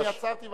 אני עצרתי,